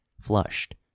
flushed